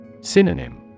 Synonym